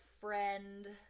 friend